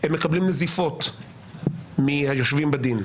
הם מקבלים נזיפות מהיושבים בדין,